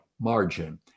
margin